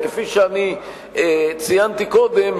וכפי שאני ציינתי קודם,